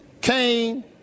Cain